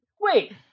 Wait